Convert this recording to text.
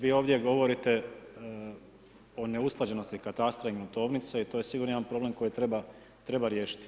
Vi ovdje govorite o neusklađenosti katastra i gruntovnice i to je sigurno jedan problem koji treba riješiti.